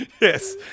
Yes